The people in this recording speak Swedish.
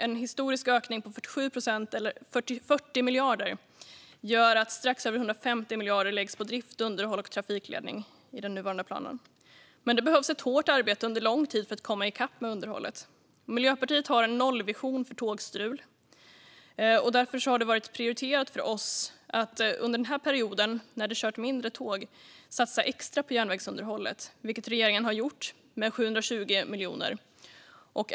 En historisk ökning på 47 procent, 40 miljarder, gör att strax över 150 miljarder läggs på drift, underhåll och trafikledning i den nuvarande planen. Men det behövs ett hårt arbete under lång tid för att komma i kapp med underhållet. Miljöpartiet har en nollvision för tågstrul, och därför har det varit prioriterat för oss att under den här perioden när det har kört färre tåg satsa extra på järnvägsunderhållet, vilket regeringen har gjort med 720 miljoner.